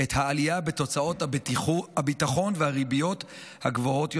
את העלייה בהוצאות הביטחון והריביות הגבוהות יותר.